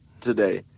today